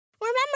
Remember